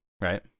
right